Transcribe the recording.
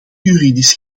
juridisch